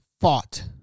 fought